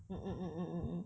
mmhmm mmhmm mmhmm